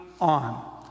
on